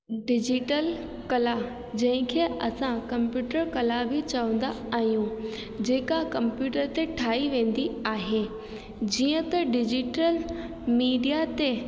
digital कला जंहिंखे असां कम्प्यूटर कला बि चवंदा आहियूं जेका कम्प्यूटर ते ठाही वेंदी आहे जीअं त डिजीटल मीडिया ते